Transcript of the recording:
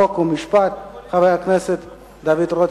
חוק ומשפט לוועדה לקידום מעמד האשה נתקבלה.